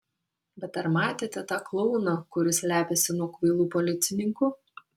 bet ar matėte tą klouną kuris slepiasi nuo kvailų policininkų